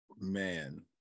Man